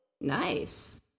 Nice